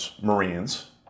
Marines